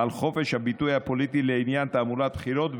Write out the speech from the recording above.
על חופש הביטוי הפוליטי לעניין תעמולת בחירות,